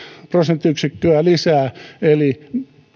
prosenttiyksikköä lisää eli